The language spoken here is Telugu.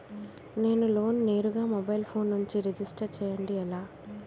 నేను లోన్ నేరుగా మొబైల్ ఫోన్ నుంచి రిజిస్టర్ చేయండి ఎలా?